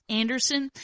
anderson